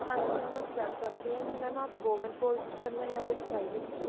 ਹਾਂਜੀ ਮੈਮ ਅਸੀਂ ਦੱਸ ਸਕਦੇ ਹਾਂ ਜੀ ਮੈਮ ਆਪ ਗੌਰਮੈਂਟ ਕੋਲਿਜ 'ਚ ਕਰਨਾ ਜਾਂ ਫਿਰ ਪ੍ਰਾਈਵੇਟ 'ਚ